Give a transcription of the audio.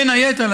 בין היתר,